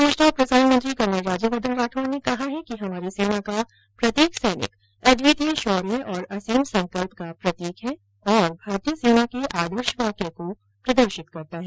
सूचना और प्रसारण मंत्री कर्नल राज्य वर्धन राठौड़ ने कहा है कि हमारी सेना का प्रत्येक सैनिक अद्वितीय शौर्य और असीम संकल्प का प्रतीक है और भारतीय सेना के आदर्श वाक्य को प्रदर्शित करता है